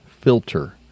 filter